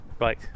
Right